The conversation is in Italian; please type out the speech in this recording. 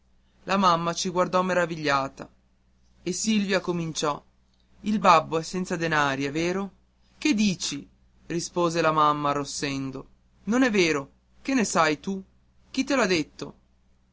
la mamma ci guardò meravigliata e silvia cominciò il babbo è senza denari è vero che dici rispose la mamma arrossendo non è vero che ne sai tu chi te l'ha detto